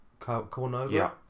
Cornover